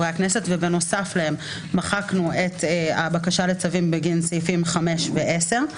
בנוסף להם מחקנו את הבקשה לצווים בגין סעיפים 5 ו-10;